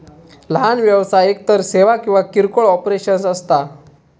लहान व्यवसाय एकतर सेवा किंवा किरकोळ ऑपरेशन्स असता